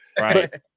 Right